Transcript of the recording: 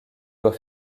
doit